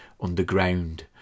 underground